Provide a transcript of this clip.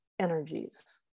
energies